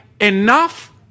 enough